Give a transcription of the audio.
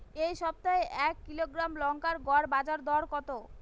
এই সপ্তাহে এক কিলোগ্রাম লঙ্কার গড় বাজার দর কত?